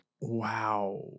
Wow